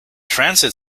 transit